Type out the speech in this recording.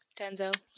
Denzel